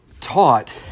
taught